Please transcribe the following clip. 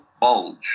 bulge